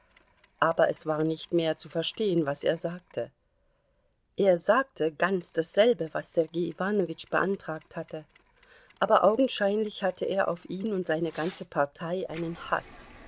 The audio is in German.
aber es war nicht mehr zu verstehen was er sagte er sagte ganz dasselbe was sergei iwanowitsch beantragt hatte aber augenscheinlich hatte er auf ihn und seine ganze partei einen haß